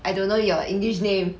I don't know your english name